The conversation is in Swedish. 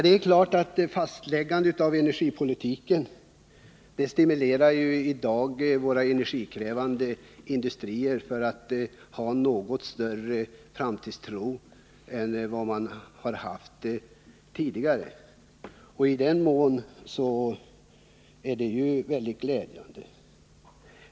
Det är klart att ett fastläggande av energipolitiken i dag stimulerar våra energikrävande industrier att ha något större framtidstro än de har haft tidigare. I det avseendet är det ju mycket glädjande.